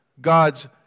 God's